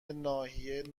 ناحیه